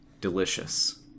Delicious